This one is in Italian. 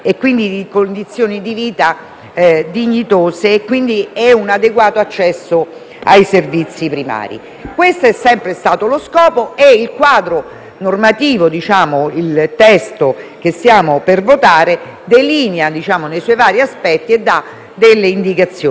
dignitose e di un adeguato accesso ai servizio primari. Questo è sempre stato lo scopo del quadro normativo e il testo che stiamo per votare ne delinea i vari aspetti e dà delle indicazioni. Qualcuno